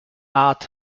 art